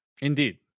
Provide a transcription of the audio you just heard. Indeed